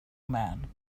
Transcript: man